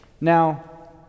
Now